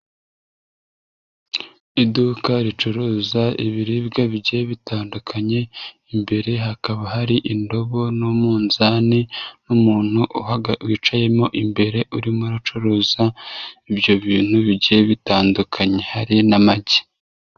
Iduka ricuruza ibiribwa bigiye bitandukanye, imbere hakaba hari indobo n'umuzani n'umuntu wicayemo imbere urimo acuruza, ibyo bintu bigiye bitandukanye. Hari n'amagi.